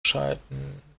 schalten